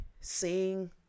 Sing